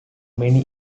many